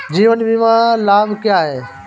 जीवन बीमा लाभ क्या हैं?